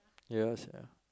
ya sia